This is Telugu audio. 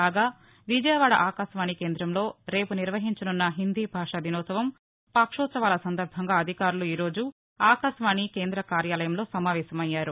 కాగా విజయవాడ ఆకాశవాణి కేంద్రంలో రేపు నిర్వహించనున్న హిందీ భాషా దినోత్సవం పక్షోత్సవాల సందర్బంగా అధికారులు ఈ రోజు ఆకాశవాణి కేంద్ర కార్యాలయంలో సమావేశమయ్యారు